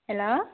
hello